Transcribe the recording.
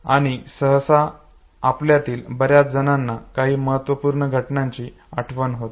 आणि सहसा आपल्यातील बर्याच जणांना काही महत्त्वपूर्ण घटनांची आठवण होते